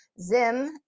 Zim